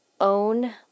own